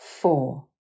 Four